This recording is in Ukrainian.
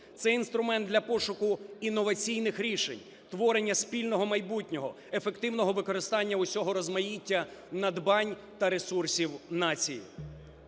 Це інструмент для пошуку інноваційних рішень, творення спільного майбутнього, ефективного використання усього розмаїття, надбань та ресурсів нації.